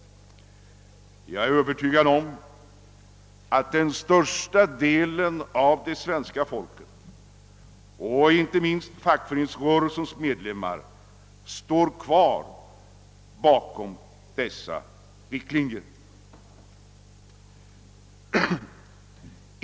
Jag är övertygad om att den största delen av svenska folket, inte minst fackföreningsrörelsens medlemmar, står fast bakom dessa riktlinjer.